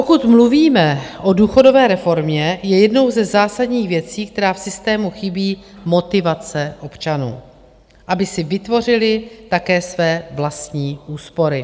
Pokud mluvíme o důchodové reformě, je jednou ze zásadních věcí, která v systému chybí, motivace občanů, aby si vytvořili také své vlastní úspory.